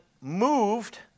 moved